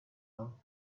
how